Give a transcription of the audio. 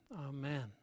Amen